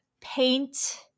paint